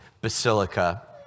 basilica